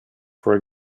for